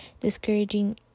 discouraging